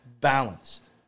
balanced